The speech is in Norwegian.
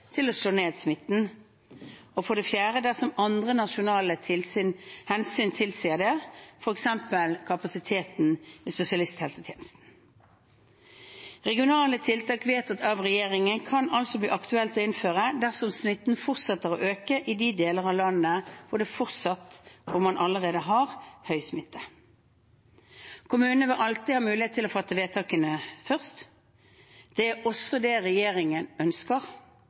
til å slå ned smitten eller dersom andre nasjonale hensyn tilsier det, f.eks. kapasiteten i spesialisthelsetjenesten Regionale tiltak vedtatt av regjeringen kan altså bli aktuelt å innføre dersom smitten fortsetter å øke i de delene av landet hvor man allerede har høy smitte. Kommunene vil alltid ha muligheten til å fatte vedtak først. Det er også det regjeringen ønsker.